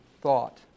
thought